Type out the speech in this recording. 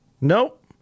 nope